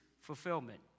fulfillment